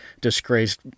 disgraced